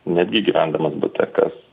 netgi gyvendamas bute kas